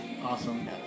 Awesome